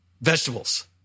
vegetables